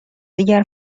دیگر